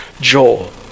Joel